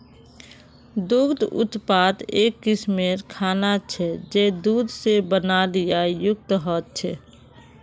दुग्ध उत्पाद एक किस्मेर खाना छे जये दूध से बनाल या युक्त ह छे